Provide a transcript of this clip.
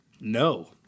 No